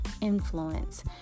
influence